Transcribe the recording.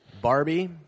Barbie